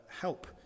help